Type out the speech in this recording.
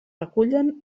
recullen